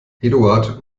eduard